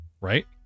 Right